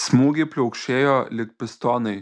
smūgiai pliaukšėjo lyg pistonai